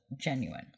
genuine